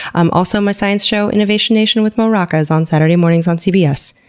um also, my science show, innovation nation with mo rocca is on saturday mornings on cbs.